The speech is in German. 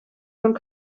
von